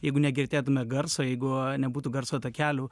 jeigu negirdėtume garso jeigu nebūtų garso takelių